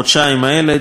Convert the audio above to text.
הוא דיבר על זה לא פעם,